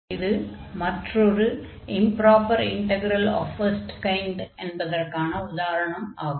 இது மற்றொரு improper integral of first kind என்பதற்கான உதாரணம் ஆகும்